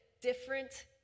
different